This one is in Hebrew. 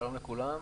שלום לכולם,